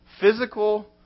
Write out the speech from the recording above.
physical